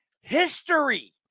history